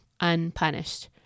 unpunished